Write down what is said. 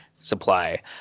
supply